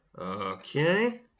Okay